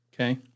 Okay